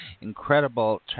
incredible